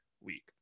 week